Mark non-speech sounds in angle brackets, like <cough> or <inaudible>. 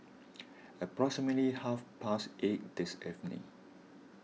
<noise> approximately half past eight this evening